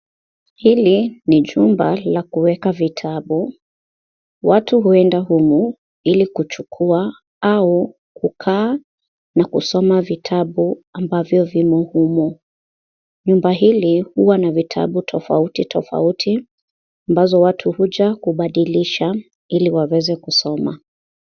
Hili ni jumba la kuweka vitabu. Watu huenda humu ili kuchukua au kukaa na kusoma vitabu ambavyo vimo humo. Nyumba hili huwa na vitabu tofauti tofauti ambazo watu huja kubadilisha ili waweze kusoma.